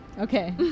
Okay